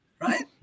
right